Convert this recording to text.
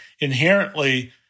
inherently